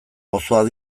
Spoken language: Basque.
gozoak